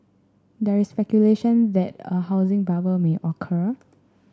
there is speculation that a housing bubble may occur